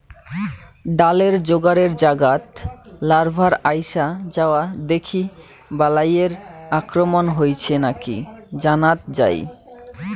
ডালের জোড়ের জাগাত লার্ভার আইসা যাওয়া দেখি বালাইয়ের আক্রমণ হইছে নাকি জানাত যাই